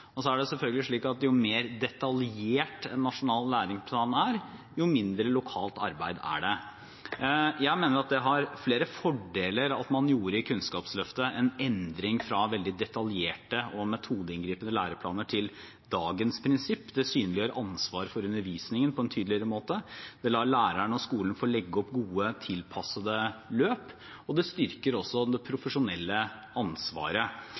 flere fordeler at man i Kunnskapsløftet gjorde en endring – fra veldig detaljerte og metodeinngripende læreplaner til dagens prinsipp. Det synliggjør ansvaret for undervisningen på en tydeligere måte, det lar læreren og skolen få legge opp gode, tilpassede løp, og det styrker også det profesjonelle ansvaret.